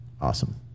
awesome